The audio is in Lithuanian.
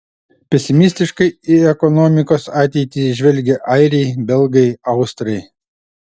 pesimistiškai į ekonomikos ateitį žvelgia airiai belgai austrai